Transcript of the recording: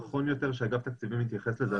נכון יותר שאגף התקציבים יתייחס לזה.